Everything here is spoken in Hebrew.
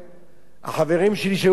החברים שלי שהיו ברכב